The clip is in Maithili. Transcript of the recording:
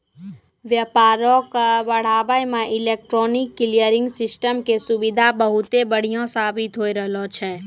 व्यापारो के बढ़ाबै मे इलेक्ट्रॉनिक क्लियरिंग सिस्टम के सुविधा बहुते बढ़िया साबित होय रहलो छै